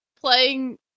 playing